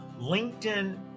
LinkedIn